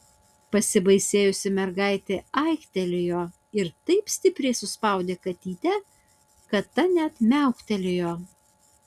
pasibaisėjusi mergaitė aiktelėjo ir taip stipriai suspaudė katytę kad ta net miauktelėjo